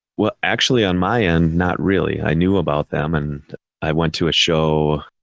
well, actually on my end, not really. i knew about them and i went to a show.